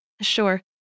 Sure